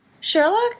Sherlock